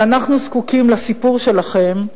אבל אנחנו זקוקים לסיפור שלכם,